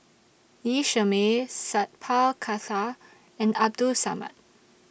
Lee Shermay Sat Pal Khattar and Abdul Samad